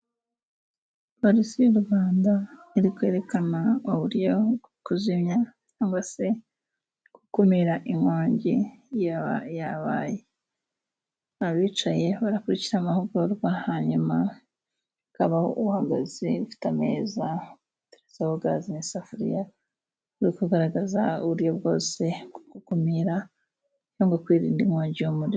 Polisi y'u Rwanda iri kwerekana uburyo bwo kuzimya cyangwa se gukumira inkongi yabaye. Abicaye barakurikira amahugurwa, hanyuma hakabaho uhagaze afite ameza ateretseho gaze n'isafuriya, mu kugaragaza uburyo bwose bwo gukumira n'ubwo kwirinda inkongi y'umuriro.